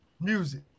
Music